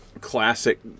classic